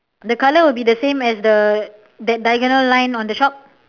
the color will be the same as the that diagonal line on the shop